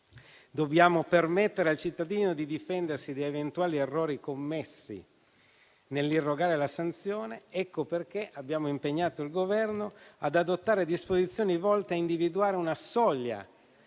Dobbiamo permettere al cittadino di difendersi da eventuali errori commessi nell'irrogare la sanzione. Ecco perché abbiamo impegnato il Governo ad adottare disposizioni volte a individuare una soglia